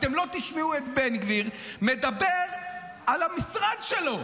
אתם לא תשמעו את בן גביר מדבר על המשרד שלו,